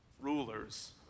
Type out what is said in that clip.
rulers